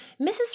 Mrs